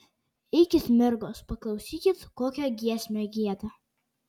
eikit mergos paklausykit kokią giesmę gieda